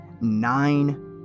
nine